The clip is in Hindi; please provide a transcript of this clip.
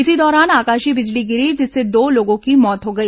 इसी दौरान आकाशीय बिजली गिरी जिससे दो लोगों की मौत हो गई